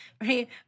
right